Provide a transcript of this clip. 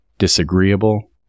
Disagreeable